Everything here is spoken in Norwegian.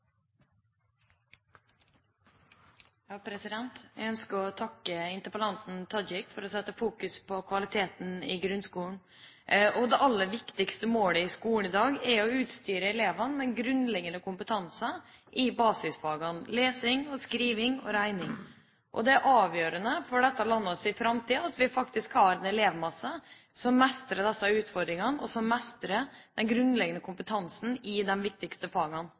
Jeg ønsker å takke interpellanten Tajik for å rette fokus mot kvaliteten i grunnskolen. Det aller viktigste målet i skolen i dag er å utstyre elevene med grunnleggende kompetanse i basisfagene lesing, skriving og regning, og det er avgjørende for dette landets framtid at vi faktisk har en elevmasse som mestrer disse utfordringene, og som mestrer den grunnleggende kompetansen i de viktigste fagene.